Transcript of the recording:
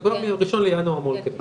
כבר מה-1 בינואר אמור להיות בתקציב.